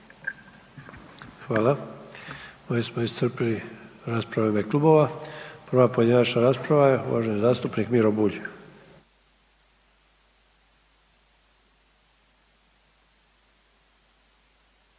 Hvala. Ovim smo iscrpili rasprave u ime klubova. Prva pojedinačna rasprava je uvaženi zastupnik Miro Bulj. **Bulj,